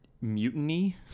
mutiny